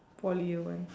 poly year one